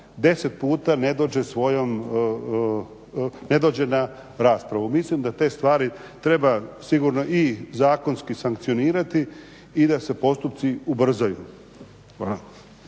10 puta ne dođe na raspravu. Mislim da te stvari treba sigurno i zakonski sankcionirati i da se postupci ubrzaju.